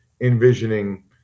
envisioning